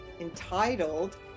entitled